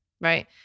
Right